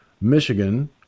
Michigan